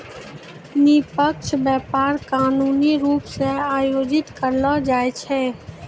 निष्पक्ष व्यापार कानूनी रूप से आयोजित करलो जाय छै